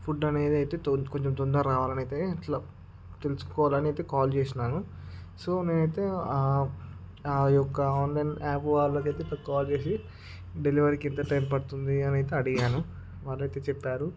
food అనేది అయితే తోలు కొంచెం తొందర రావాలని అయితే ఇట్ల తెలుసుకోవాలి అని అయితే కాల్ చేశాను సో నేనైతే ఆ యొక్క ఆన్లైన్ యాప్ వాళ్ళకైతే ఇట్ల కాల్ చేసి డెలివరీకి ఎంత టైం పడుతుంది అని అయితే అడిగాను వాళ్ళయితే చెప్పారు